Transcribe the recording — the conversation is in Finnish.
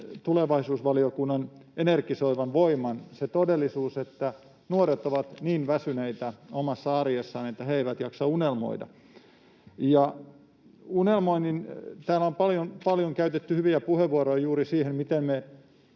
tulevaisuusvaliokunnan energisoivan voiman, se todellisuus, että nuoret ovat niin väsyneitä omassa arjessaan, että he eivät jaksa unelmoida. Täällä on paljon käytetty hyviä puheenvuoroa juuri siitä, miten me